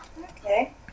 Okay